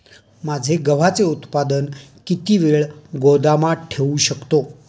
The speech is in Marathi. माझे गव्हाचे उत्पादन किती वेळ गोदामात ठेवू शकतो?